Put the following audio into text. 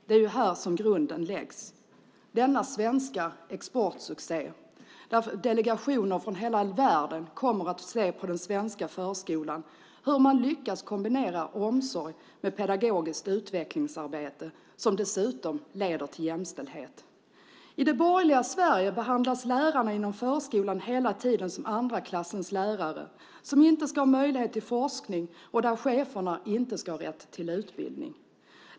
Det är här som grunden läggs - denna svenska exportsuccé. Delegationer från hela världen kommer för att se på den svenska förskolan, hur man lyckas kombinera omsorg med pedagogiskt utvecklingsarbete, som dessutom leder till jämställdhet. I det borgerligas Sverige behandlas lärarna inom förskolan hela tiden som andra klassens lärare, som inte ska ha möjlighet till forskning och där cheferna inte ska ha rätt till utbildning.